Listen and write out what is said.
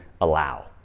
allow